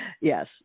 yes